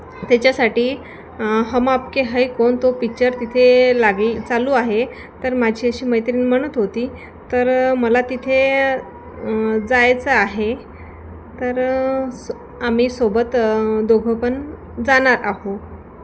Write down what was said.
त्याच्यासाठी हम आपके है कोन तो पिक्चर तिथे लागेल चालू आहे तर माझी अशी मैत्रीण म्हणत होती तर मला तिथे जायचं आहे तर स आम्ही सोबत दोघं पण जाणार आहो